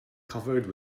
covered